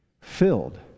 Filled